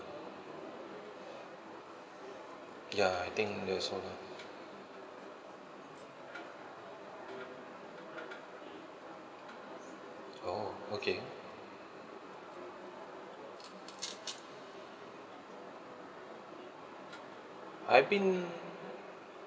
ya I think that's all lah oh okay I been